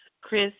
Chris